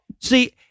see